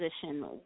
position